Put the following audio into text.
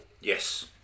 yes